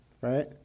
right